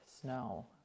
snow